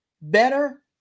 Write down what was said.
better